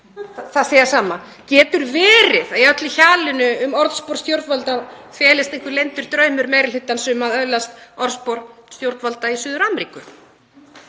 það sé það sama. Getur verið að í öllu hjalinu um orðspor stjórnvalda felist einhver leyndur draumur meiri hlutans um að öðlast orðspor stjórnvalda í Suður-Ameríku?